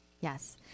Yes